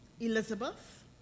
Elizabeth